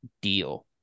deal